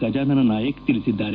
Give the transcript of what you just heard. ಗಜಾನನ ನಾಯಕ ತಿಳಿಸಿದ್ದಾರೆ